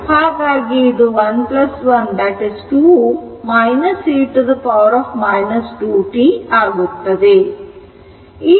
ಹಾಗಾಗಿ ಇದು 2 e 2t ಆಗುತ್ತದೆ